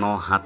ন সাত